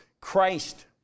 Christ